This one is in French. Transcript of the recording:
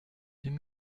deux